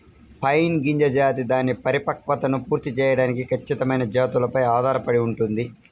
pine గింజ జాతి దాని పరిపక్వతను పూర్తి చేయడానికి ఖచ్చితమైన జాతులపై ఆధారపడి ఉంటుంది